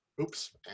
Oops